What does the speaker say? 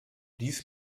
dies